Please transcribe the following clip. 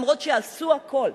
גם אם עשו הכול.